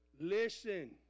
Listen